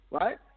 Right